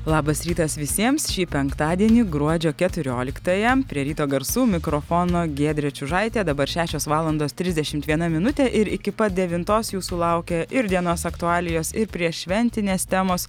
labas rytas visiems šį penktadienį gruodžio keturioliktąją prie ryto garsų mikrofono giedrė čiužaitė dabar šešios valandos trisdešimt viena minutė ir iki pat devintos jūsų laukia ir dienos aktualijos ir prieššventinės temos